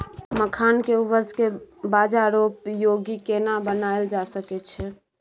मखान के उपज के बाजारोपयोगी केना बनायल जा सकै छै?